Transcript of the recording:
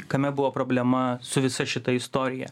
kame buvo problema su visa šita istorija